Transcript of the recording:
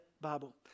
Bible